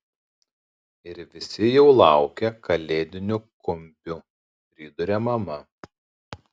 ir visi jau laukia kalėdinių kumpių priduria mama